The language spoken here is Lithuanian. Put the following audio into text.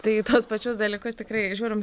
tai į tuos pačius dalykus tikrai žiūrim